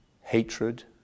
hatred